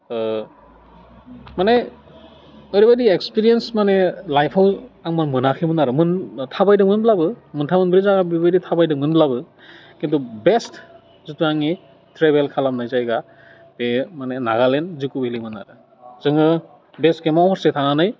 माने ओरैबायदि एक्सपिरियेन्स माने लाइफआव आंबो मोनाखैमोन आरो थाबायदोंमोनब्लाबो मोनथाम मोनब्रै जायगा बेबायदि थाबायदोंमोनब्लाबो किन्तु बेस्ट जितु आंनि ट्रेभेल खालामनाय जायगा बे माने नागालेण्ड जुक' भेलिमोन आरो जोङो बेस केम्पाव सहैखांनानै